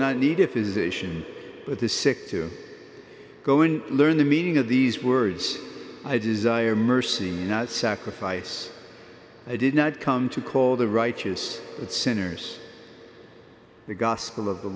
not need a physician but the sick to go and learn the meaning of these words i desire mercy not sacrifice i did not come to call the righteous but sinners the gospel of the